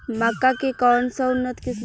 मक्का के कौन सा उन्नत किस्म बा बताई?